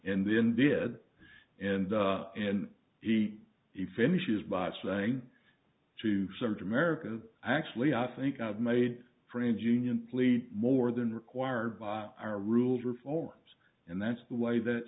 and then did and and he he finishes by saying to some to america actually i think i've made friends union please more than required by our rules reforms and that's the way that